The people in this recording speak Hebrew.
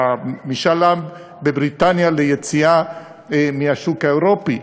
משאל העם בבריטניה ליציאה מהשוק האירופי,